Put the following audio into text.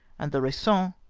and the raison,